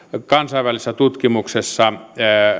kansainvälisessä tutkimuksessa